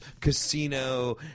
Casino